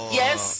yes